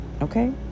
okay